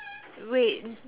wait